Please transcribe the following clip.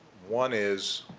one is